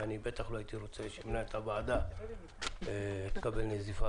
ואני בטח לא הייתי רוצה שמנהלת הוועדה תקבל נזיפה